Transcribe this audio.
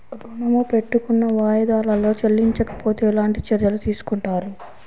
ఋణము పెట్టుకున్న వాయిదాలలో చెల్లించకపోతే ఎలాంటి చర్యలు తీసుకుంటారు?